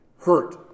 hurt